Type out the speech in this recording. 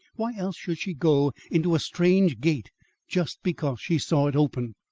why else should she go into a strange gate just because she saw it open?